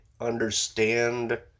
understand